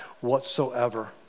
whatsoever